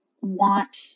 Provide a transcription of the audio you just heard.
want